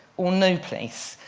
or no place.